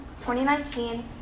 2019